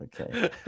okay